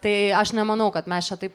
tai aš nemanau kad mes čia taip